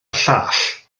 llall